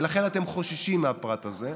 ולכן אתם חוששים מהפרט הזה.